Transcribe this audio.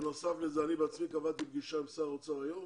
בנוסף לכך אני בעצמי קבעתי פגישה עם שר האוצר שתתקיים היום